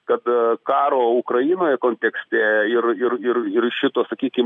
kad karo ukrainoje kontekste ir ir ir ir šito sakykim